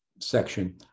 section